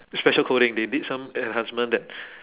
special coding they did some enhancement that